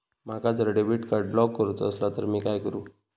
माका जर debit card block करूचा असला तर मी काय करू?